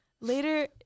later